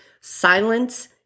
silence